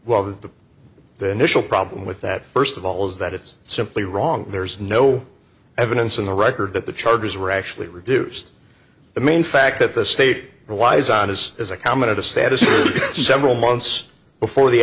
the the initial problem with that first of all is that it's simply wrong there's no evidence in the record that the charges were actually reduced the main fact that the state relies on is as a comment a status several months before the